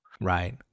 Right